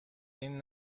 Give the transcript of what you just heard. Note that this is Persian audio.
این